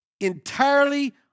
entirely